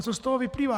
Co z toho vyplývá?